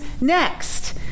next